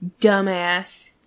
dumbass